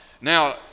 now